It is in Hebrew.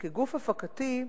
וכגוף הפקתי,